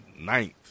ninth